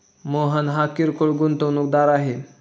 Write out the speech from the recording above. मोहन हा किरकोळ गुंतवणूकदार आहे